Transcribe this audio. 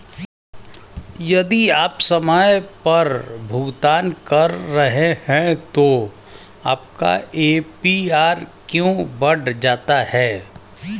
यदि आप समय पर भुगतान कर रहे हैं तो आपका ए.पी.आर क्यों बढ़ जाता है?